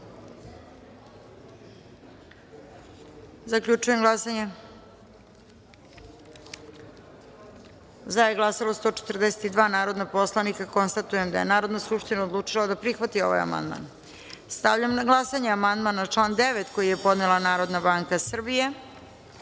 izjasnimo. Zaključujem glasanje: za je glasalo 142 narodna poslanika. Konstatujem da je Narodna skupština odlučila da prihvati ovaj amandman. Stavljam na glasanje amandman na član 9.. koji je podnela Narodna banka Srbije. Molim